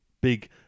big